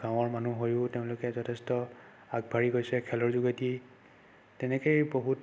গাঁৱৰ মানুহ হৈও তেওঁলোকে যথেষ্ট আগবাঢ়ি গৈছে খেলৰ যোগেদিয়ে তেনেকেই বহুত